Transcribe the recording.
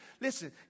Listen